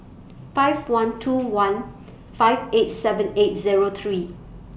five one two one five eight seven eight Zero three